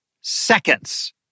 seconds